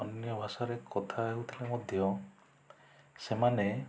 ଅନ୍ୟ ଭାଷାରେ କଥା ହେଉଥିଲେ ମଧ୍ୟ ସେମାନେ